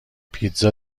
پیتزا